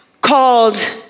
called